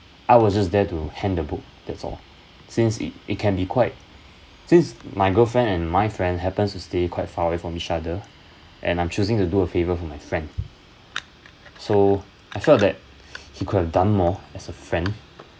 I was just there to hand the book that's all since it it can be quite since my girlfriend and my friend happens to stay quite far away from each other and I'm choosing to do a favour for my friend so I felt that he could have done more as a friend